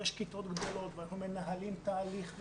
יש כיתות גדולות ואנחנו מנהלים תהליך,